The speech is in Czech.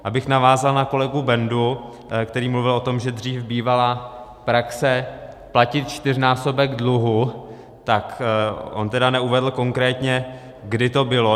Abych navázal na kolegu Bendu, který mluvil o tom, že dřív bývala praxe platit čtyřnásobek dluhu, tak on tedy neuvedl konkrétně, kdy to bylo.